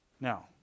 Now